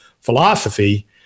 philosophy